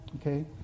Okay